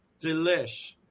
Delish